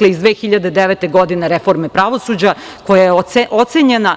Na primer, 2009. godine reforma pravosuđa, koja je ocenjena